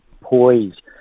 poised